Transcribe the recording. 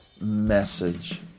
message